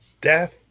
death